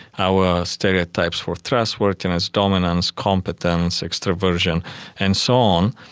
our stereotypes for trustworthiness, dominance, competence, extraversion and so on.